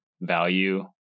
value